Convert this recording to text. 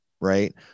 right